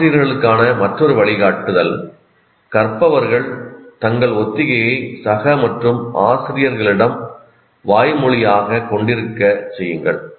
ஆசிரியர்களுக்கான மற்றொரு வழிகாட்டுதல் கற்பவர்கள் தங்கள் ஒத்திகையை சக மற்றும் ஆசிரியர்களிடம் வாய்மொழியாகக் கொண்டிருக்க செய்யுங்கள்